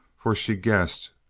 for she guessed,